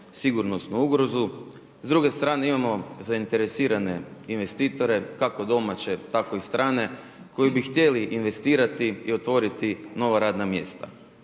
sigurnosnu ugrozu. S druge strane imamo zainteresirane investitore kako domaće, tako i strane koji bi htjeli investirati i otvoriti nova radna mjesta.